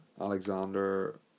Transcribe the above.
...Alexander